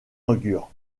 augure